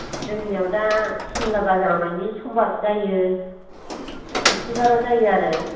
जोंनिआव दा सिमला बाजाराव मानि समबाराव जायो बिस्टिबाराव जायो आरो